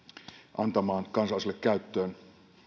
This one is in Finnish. antamaan kansalaisille käyttöön